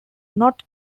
not